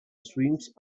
swings